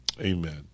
amen